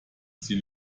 sie